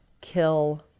kill